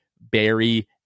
Barry